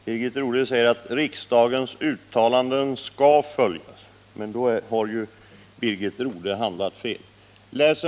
Herr talman! Birgit Rodhe säger att riksdagens uttalanden skall följas, men då har ju Birgit Rodhe handlat fel.